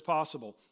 Possible